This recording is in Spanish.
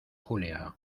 julia